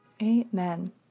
Amen